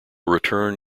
return